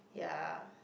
ya